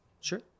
Sure